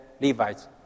Levites